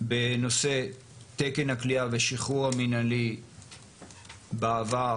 בנושא תקן הכליאה והשחרור המנהלי בעבר